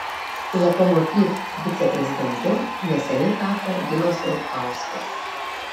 lokomotiv viceprezidentu neseniai tapo ginas rutkauskas